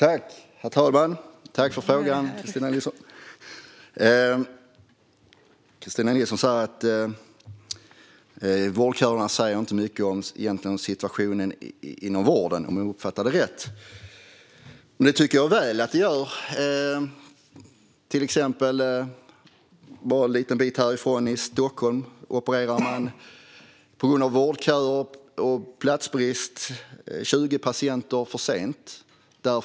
Herr talman! Tack för frågan, Kristina Nilsson! Om jag uppfattade Kristina Nilsson rätt sa hon att vårdköerna inte säger särskilt mycket om situationen i vården. Det tycker jag visst att de gör. Som exempel har 20 patienter på Karolinska här i Stockholm fått sin operation för sent på grund av vårdköer och platsbrist.